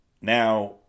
Now